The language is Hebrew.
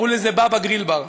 קראו לזה "באבא גריל בר".